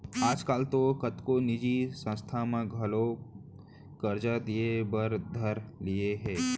आज काल तो कतको निजी संस्था मन घलौ करजा दिये बर धर लिये हें